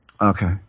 Okay